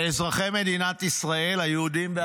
לאזרחי מדינת ישראל היהודים,